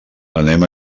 anem